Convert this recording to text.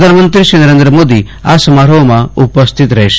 પ્રધાનમંત્રીશ્રી નરેન્દ્ર મોદી આ સમારોફમાં ઉપસ્થિત રહેશે